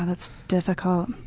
that's difficult.